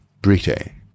Britain